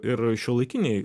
ir šiuolaikinei